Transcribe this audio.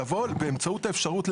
לבוא באמצעות האפשרות,